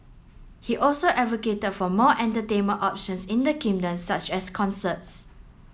he also advocated for more entertainment options in the kingdom such as concerts